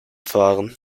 fahren